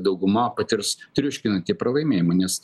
dauguma patirs triuškinantį pralaimėjimą nes